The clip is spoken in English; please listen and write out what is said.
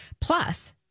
plus